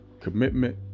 Commitment